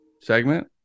segment